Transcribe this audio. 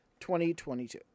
2022